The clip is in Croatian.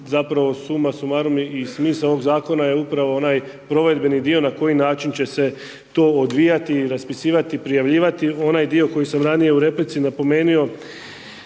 zapravo suma sumarum i smisao ovog zakona je upravo onaj provedbeni dio na koji način će se to odvijati i raspisivati, prijavljivati. Onaj dio koji sam ranije u replici napomenuo,